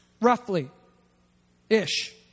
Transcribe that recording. roughly-ish